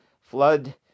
flood